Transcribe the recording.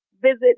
visit